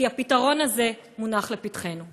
כי הפתרון הזה מונח לפתחנו.